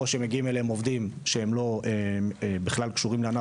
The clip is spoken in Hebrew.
על חקלאים שמגיעים אליהם עובדים שלא קשורים לעף